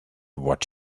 what